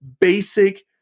basic